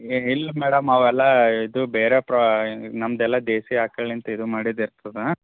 E ಇಲ್ಲ madam ಅವೆಲ್ಲಾ ಇದು ಬೇರೆ ಪ್ರಾ ನಮ್ಮದೆಲ್ಲ ದೇಸಿ ಆಕಳಿಂದ ಇದು ಮಾಡಿದ್ದು ಇರ್ತದೆ